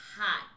hot